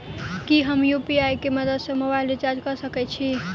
की हम यु.पी.आई केँ मदद सँ मोबाइल रीचार्ज कऽ सकैत छी?